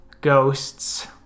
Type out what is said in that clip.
ghosts